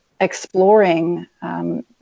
exploring